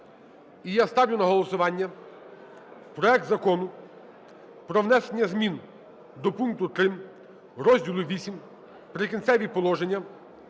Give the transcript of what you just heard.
І я ставлю на голосування проект Закону про внесення змін до пункту 3 розділу VIII "Прикінцеві положення"